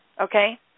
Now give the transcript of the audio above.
Okay